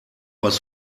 was